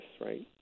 right